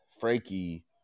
Frankie